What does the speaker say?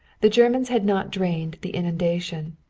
the germans had not drained the inundation,